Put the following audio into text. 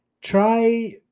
try